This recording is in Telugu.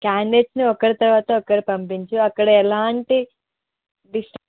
క్యాండిడేట్ని ఒకరి తర్వాత ఒకరి పంపించు అక్కడ ఎలాంటి డిస్ట